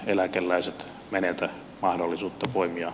eläkeläiset menettää mahdollisuutta voimia